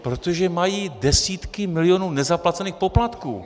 Protože mají desítky milionů nezaplacených poplatků.